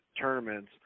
tournaments